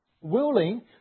willing